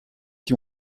qui